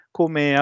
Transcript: come